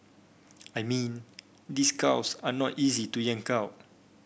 I mean these cows are not easy to yank out